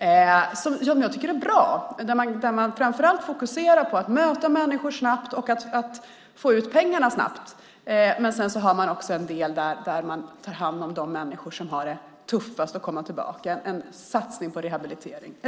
Jag tycker att det är bra att man framför allt fokuserar på att möta människor snabbt och att få ut pengarna snabbt, men det finns också en del där man tar hand om människor som har det tuffast att komma tillbaka, det vill säga en satsning på rehabilitering.